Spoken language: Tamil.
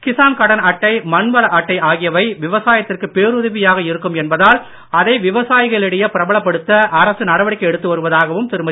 கிசான் கடன் அட்டை மண்வள அட்டை ஆகியவை விவசாயத்திற்கு பேருதவியாக இருக்கும் என்பதால் அதை விவசாயிகளிடையே பிரபலப்படுத்த அரசு நடவடிக்கை எடுத்து வருவதாகவும் திருமதி